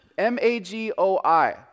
M-A-G-O-I